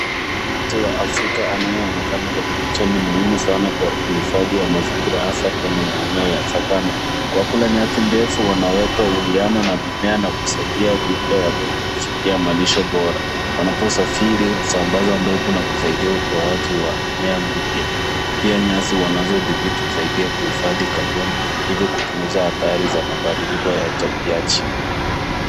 Huyu nyati wa Afrika anayeonekana kwenye picha ni muhimu sana kwa uhifadhi wa mazingira hasa kwenye maeneo ya savana. Kwa kula nyati ndefu wanaweka uwiano na mimea na kusaidia viumbe wadogo kufikia malisho bora. Wanaposafiri husambaza mbegu na kusaidia utoaji wa mimea mipya. Pia nyasi wanazodhibiti husaidia kuhifadhi kaboni hivyo kupunguza athari za mabadiliko ya tabia nchi.